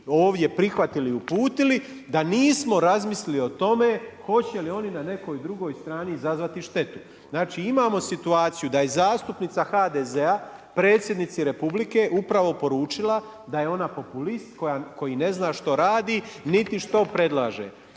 ovdje prihvatili i uputili da nismo razmislili o tome hoće li oni na nekoj drugoj strani izazvati štetu. Znači imamo situaciju da je zastupnica HDZ-a Predsjednici Republike upravo poručila da je ona populist koji ne zna što radi, niti što predlaže.